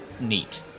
neat